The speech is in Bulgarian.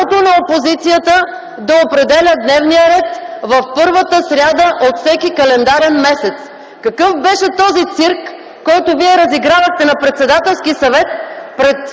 правото на опозицията да определя дневния ред в първата сряда от всеки календарен месец. Какъв беше този цирк, който вие разигравахте на Председателския съвет, пред